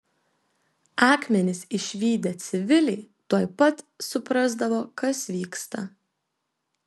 akmenis išvydę civiliai tuoj pat suprasdavo kas vyksta